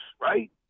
right